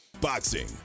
Boxing